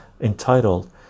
entitled